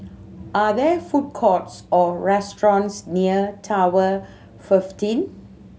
are there food courts or restaurants near Tower fifteen